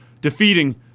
defeating